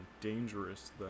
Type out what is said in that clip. dangerous